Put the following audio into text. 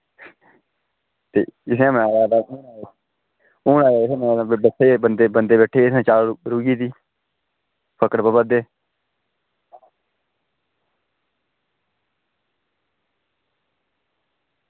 ते तुसें ई हून ऐहें बंदे बंदे बैठे दे चाल रुकी गेदी फक्कड़ पवा दे